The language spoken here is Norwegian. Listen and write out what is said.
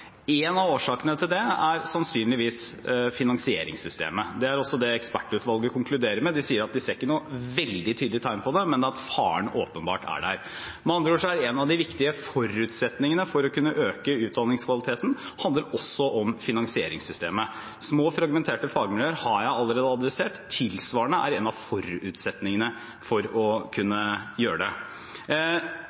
Én av årsakene til det er sannsynligvis finansieringssystemet. Det er også det ekspertutvalget konkluderer med. De sier at de ikke ser noen veldig tydelige tegn på det, men at faren åpenbart er der. Med andre ord: En av de viktige forutsetningene for å kunne øke utdanningskvaliteten handler også om finansieringssystemet. Små og fragmenterte fagmiljøer har jeg allerede adressert – tilsvarende er en av forutsetningene for å kunne gjøre det.